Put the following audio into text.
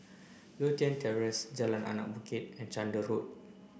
Lothian Terrace Jalan Anak Bukit and Chander Road